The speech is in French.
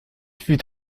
fut